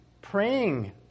Praying